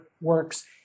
works